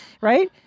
right